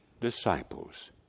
disciples